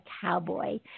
Cowboy